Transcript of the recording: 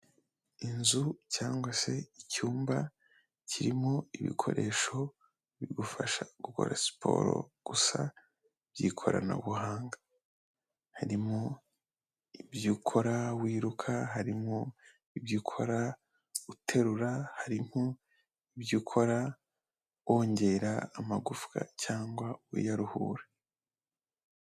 Inzu cyangwa se icyumba kirimo ibikoresho bigufasha gukora siporo gusa by'ikoranabuhanga, harimo ibyo ukora wiruka, harimo ibyo ukora uterura, harimo ibyo ukora wongera amagufwa cyangwa uyaruhura.